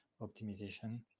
optimization